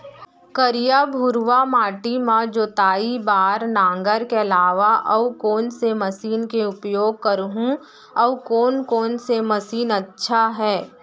करिया, भुरवा माटी म जोताई बार नांगर के अलावा अऊ कोन से मशीन के उपयोग करहुं अऊ कोन कोन से मशीन अच्छा है?